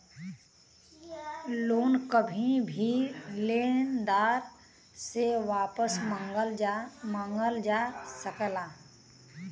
loan कभी भी लेनदार से वापस मंगल जा सकला